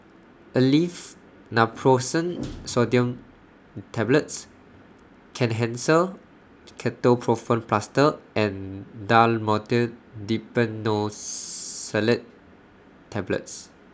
Aleve Naproxen Sodium Tablets Kenhancer Ketoprofen Plaster and Dhamotil Diphenoxylate Tablets